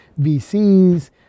VCs